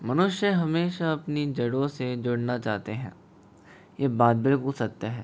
मनुष्य हमेशा अपनी जड़ों से जुड़ना चाहते हैं यह बात बिल्कुल सत्य है